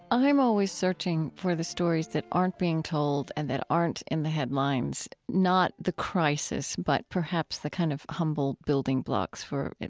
i'm always searching for the stories that aren't being told and that aren't in the headlines, not the crisis, but perhaps the kind of humble building blocks for